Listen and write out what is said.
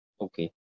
Okay